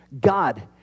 God